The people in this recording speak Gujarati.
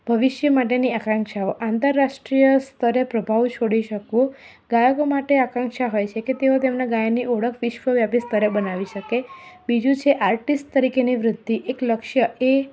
ભવિષ્ય માટેની આકાંક્ષાઓ આંતરરાષ્ટ્રિય સ્તરે પ્રભાવ છોડી શકવો ગાયકો માટે આકાંક્ષા હોય છેકે તેઓ તેમના ગાયનની ઓળખ વિશ્વ વ્યાપી સ્તરે બનાવી શકે બીજું છે આર્ટિસ્ટ તરીકેની વૃદ્ધિ એક લક્ષ્ય એ